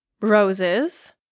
roses